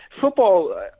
football